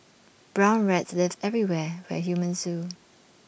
brown rats live everywhere where humans do